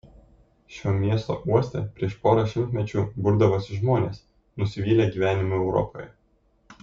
šio miesto uoste prieš porą šimtmečių burdavosi žmonės nusivylę gyvenimu europoje